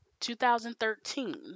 2013